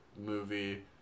movie